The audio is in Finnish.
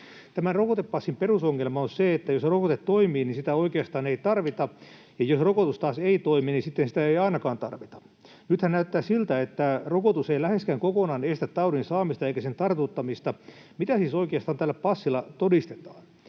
Tämän rokotepassin perusongelma on se, että jos rokote toimii, niin sitä oikeastaan ei tarvita, ja jos rokotus taas ei toimi, niin sitten sitä ei ainakaan tarvita. Nythän näyttää siltä, että rokotus ei läheskään kokonaan estä taudin saamista eikä sen tartuttamista. Mitä siis oikeastaan tällä passilla todistetaan?